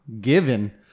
given